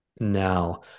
now